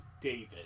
David